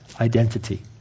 identity